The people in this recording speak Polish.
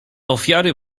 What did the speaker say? ofiary